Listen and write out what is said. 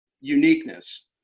uniqueness